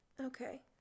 Okay